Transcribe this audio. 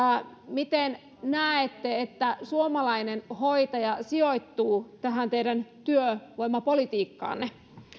miten näette että suomalainen hoitaja sijoittuu tähän teidän työvoimapolitiikkaanne